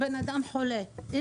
אבל בסדר.